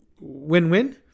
win-win